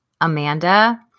Amanda